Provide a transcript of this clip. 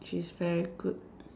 she's very good